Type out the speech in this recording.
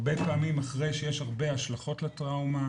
הרבה פעמים אחרי שיש הרבה השלכות לטראומה,